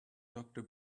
doctor